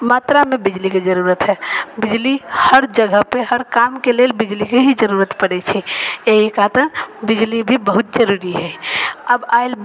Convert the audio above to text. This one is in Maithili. मात्रामे बिजलीके जरूरत हइ बिजली हर जगहपर हर कामके लेल बिजलीके ही जरूरत पड़ै छै एहि खातिर बिजली भी बहुत जरूरी हइ अब आएल